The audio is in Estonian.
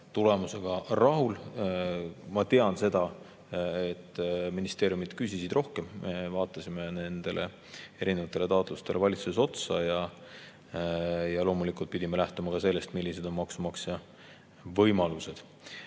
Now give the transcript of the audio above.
tulemusega rahul. Ma tean seda, et ministeeriumid küsisid rohkem. Me vaatasime nendele erinevatele taotlustele valitsuses otsa ja loomulikult pidime lähtuma ka sellest, millised on maksumaksja võimalused. Mis